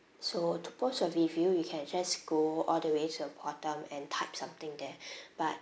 so to post a review you can just go all the way to the bottom and type something there but